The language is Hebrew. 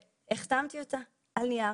החתמתי אותה על נייר,